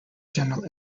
general